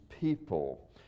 people